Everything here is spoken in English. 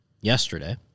yesterday